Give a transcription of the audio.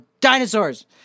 dinosaurs